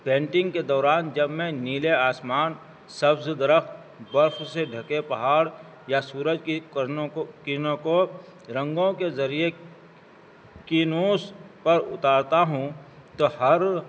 painting کے دوران جب میں نیلے آسمان سبز درخت برف سے ڈھکے پہاڑ یا سورج کی کرنوں کو کرنوں کو رنگوں کے ذریعے کینوس پر اتارتا ہوں تو ہر